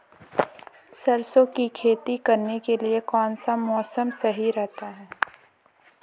सरसों की खेती करने के लिए कौनसा मौसम सही रहता है?